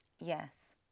Yes